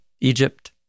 Egypt